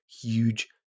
huge